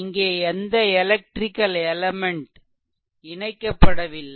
இங்கே எந்த electrical element ம் இணைக்கப்படவில்லை